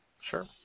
Sure